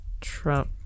Trump